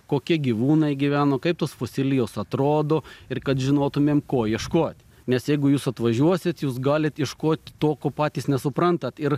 kokie gyvūnai gyveno kaip tos fosilijos atrodo ir kad žinotumėm ko ieškot nes jeigu jūs atvažiuosit jūs galit ieškot to ko patys nesuprantat ir